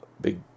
big